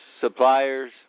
suppliers